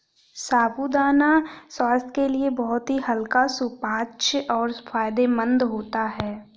साबूदाना स्वास्थ्य के लिए बहुत ही हल्का सुपाच्य और फायदेमंद होता है